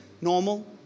normal